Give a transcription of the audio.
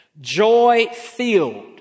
joy-filled